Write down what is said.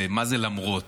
ומה זה "למרות"?